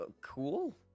Cool